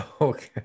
Okay